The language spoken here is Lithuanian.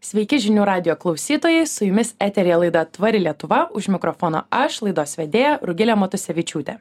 sveiki žinių radijo klausytojai su jumis eteryje laida tvari lietuva už mikrofono aš laidos vedėja rugilė matusevičiūtė